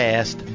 Past